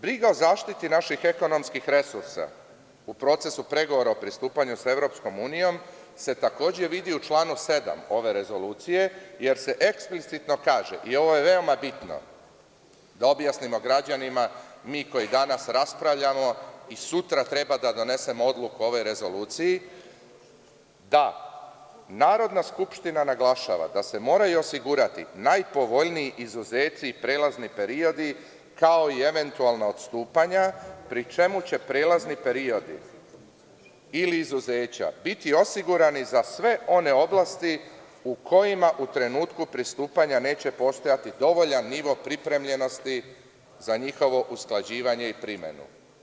Briga o zaštiti naših ekonomskih resursa u procesu pregovora o pristupanju sa EU se takođe vidi u članu 7. ove rezolucije, jer se eksplicitno kaže, i ovo je veoma bitno da objasnimo građanima, mi koji danas raspravljamo i sutra treba da donesemo odluku o ovoj rezoluciji, da Narodna skupština naglašava da se moraju osigurati najpovoljniji izuzeci i prelazni periodi, kao i eventualna odstupanja, pri čemu će prelazni periodi ili izuzeća biti osigurani za sve one oblasti u kojima u trenutku pristupanja neće postojati dovoljan nivo pripremljenosti za njihovo usklađivanje i primenu.